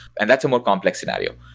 and that's a more complex scenario.